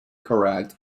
correct